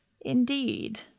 Indeed